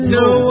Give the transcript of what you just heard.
no